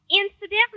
Incidentally